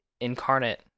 incarnate